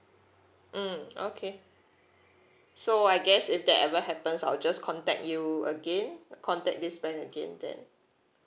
mm okay so I guess if that ever happens I'll just contact you again I contact this bank again then